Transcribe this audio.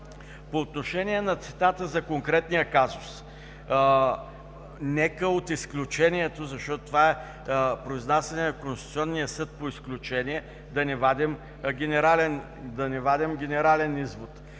По отношение на цитата за конкретния казус. Нека от изключението, защото това е произнасяне на Конституционния съд по изключения, да не вадим генерален извод!